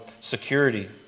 security